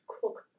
cook